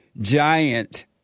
giant